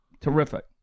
Terrific